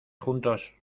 juntos